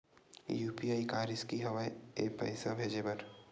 UPI का रिसकी हंव ए पईसा भेजे बर?